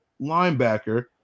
linebacker